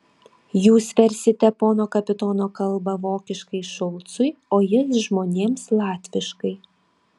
jūs versite pono kapitono kalbą vokiškai šulcui o jis žmonėms latviškai